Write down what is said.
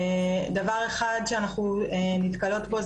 דבר אחד שאנחנו נתקלות בו,